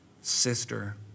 sister